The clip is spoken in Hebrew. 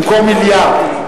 במקום מיליארד.